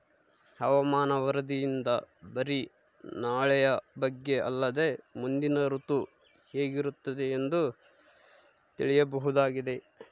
ಹವಾಮಾನ ವರದಿಯಿಂದ ಬರಿ ನಾಳೆಯ ಬಗ್ಗೆ ಅಲ್ಲದೆ ಮುಂದಿನ ಋತು ಹೇಗಿರುತ್ತದೆಯೆಂದು ತಿಳಿಯಬಹುದಾಗಿದೆ